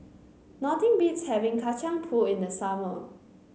nothing beats having Kacang Pool in the summer